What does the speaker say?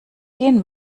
gehen